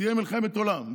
תהיה מלחמת עולם,